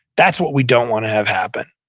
that's what we don't want to have happen.